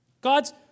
God's